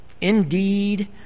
Indeed